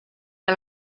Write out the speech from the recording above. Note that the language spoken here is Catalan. que